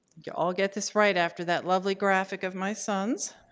you'll all get this right after that lovely graphic of my son's.